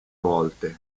volte